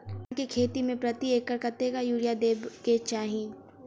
धान केँ खेती मे प्रति एकड़ कतेक यूरिया देब केँ चाहि?